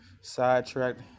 Sidetracked